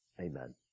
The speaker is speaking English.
Amen